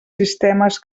sistemes